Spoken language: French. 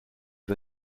est